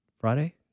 Friday